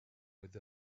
with